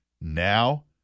Now